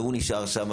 והוא נשאר שם.